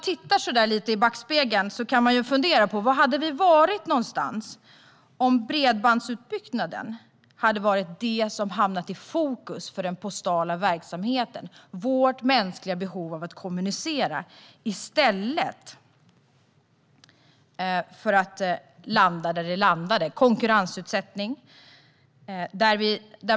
Sett i backspegeln kan man fundera på var vi hade varit om bredbandsutbyggnaden och vårt mänskliga behov av att kommunicera hade varit det som hade hamnat i fokus för den postala verksamheten i stället för att det landade där det landade, i konkurrensutsättning.